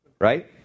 Right